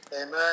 Amen